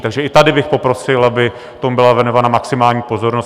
Takže i tady bych poprosil, aby tomu byla věnována maximální pozornost.